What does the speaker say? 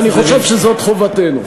ואני חושב שזאת חובתנו.